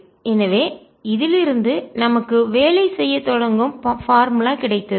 எனவே இதிலிருந்து நமக்கு வேலை செய்யத் தொடங்கும் பார்முலா சூத்திரம் கிடைத்தது